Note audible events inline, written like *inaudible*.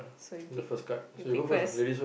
so you pick *noise* you pick first